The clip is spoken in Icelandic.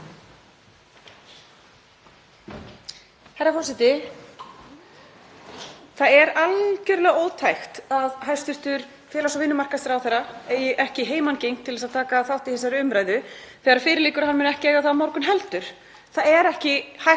Herra forseti. Það er algjörlega ótækt að hæstv. félags- og vinnumarkaðsráðherra eigi ekki heimangengt til þess að taka þátt í þessari umræðu þegar fyrir liggur að hann mun ekki eiga það á morgun heldur. Það er ekki hægt að